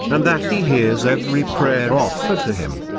and that he hears every prayer offered to him.